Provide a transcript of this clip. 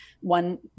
One